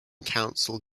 colonial